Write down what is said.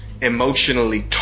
emotionally